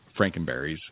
Frankenberries